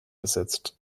besetzt